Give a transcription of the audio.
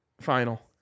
final